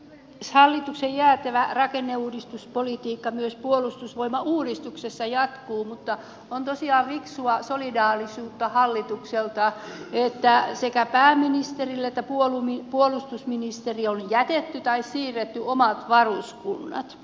hallituksen jäätävä rakenneuudistuspolitiikka myös puolustusvoimauudistuksessa jatkuu mutta on tosiaan fiksua solidaarisuutta hallitukselta että sekä pääministerille että puolustusministerille on jätetty tai siirretty omat varuskunnat